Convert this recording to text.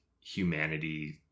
humanity